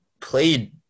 played